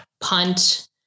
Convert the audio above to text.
punt